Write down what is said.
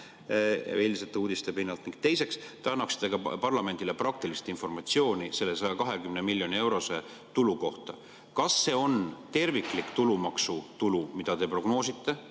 eilsete uudiste pinnalt, ning teiseks annaksite parlamendile praktilist informatsiooni selle 120 miljoni euro [suuruse] tulu kohta. Kas see on terviklik tulumaksutulu, mida te prognoosite,